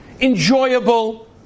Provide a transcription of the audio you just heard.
enjoyable